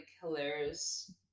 hilarious